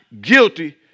guilty